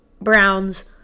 Browns